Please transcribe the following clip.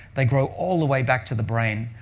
they grow all the way back to the brain,